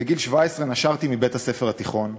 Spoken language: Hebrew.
בגיל 17 נשרתי מבית-הספר התיכון,